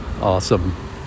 awesome